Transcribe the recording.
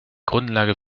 grundlage